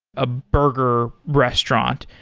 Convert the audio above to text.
a burger restaurant.